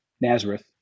Nazareth